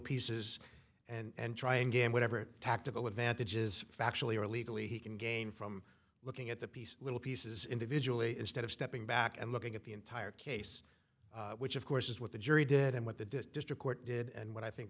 pieces and try and gain whatever tactical advantages factually or legally he can gain from looking at the piece little pieces individually instead of stepping back and looking at the entire case which of course is what the jury did and what the district court did and what i think